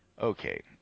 okay